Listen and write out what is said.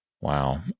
wow